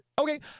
Okay